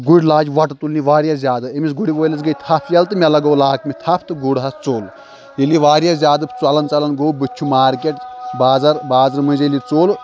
گُرۍ لاج وۄٹہٕ تُلنہِ واریاہ زیادٕ أمِس گُرۍ وٲلِس گٔیے تَھپھ یَلہٕ تہٕ مےٚ لَگٲو لاکمہِ تھپھ تہٕ گُر حظ ژوٚل ییٚلہِ یہِ واریاہ زیادٕ ژَلان ژَلان گوٚو بٕتھِ چھُ مارکیٹ بازَر بازرٕ مٔنٛزۍ ییٚلہِ یہِ ژوٚل